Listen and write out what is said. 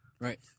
Right